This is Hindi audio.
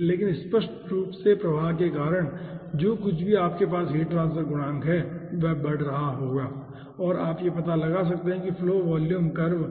लेकिन स्पष्ट रूप से प्रवाह के कारण जो कुछ भी आपके पास हीट ट्रांसफर गुणांक है वह बढ़ रहा होगा और आप यह पता लगा सकते हैं कि फ्लो वॉल्यूम कर्व